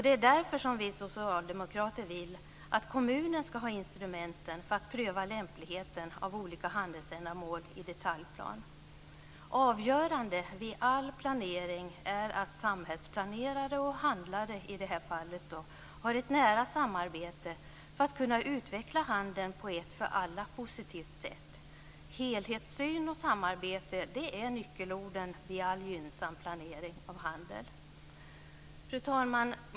Det är därför som vi socialdemokrater vill att kommunen ska ha instrumenten för att pröva lämpligheten av olika handelsändamål i detaljplan. Avgörande vid all planering är att samhällsplanerare och handlare, i det här fallet, har ett nära samarbete för att kunna utveckla handeln på ett för alla positivt sätt. Helhetssyn och samarbete är nyckelorden vid all gynnsam planering av handel. Fru talman!